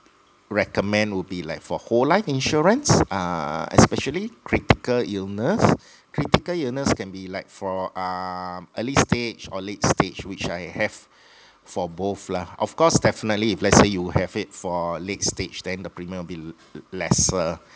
recommend will be like for whole life insurance uh especially critical illness critical illness can be like for um early stage or late stage which I have for both lah of course definitely if let's say you have it for late stage then the premium will be l~ lesser